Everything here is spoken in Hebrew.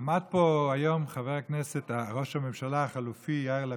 עמד פה היום חבר הכנסת וראש הממשלה החליפי יאיר לפיד,